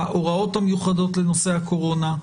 הוראות מיוחדות לנושא הקורונה?